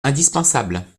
indispensable